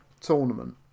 tournament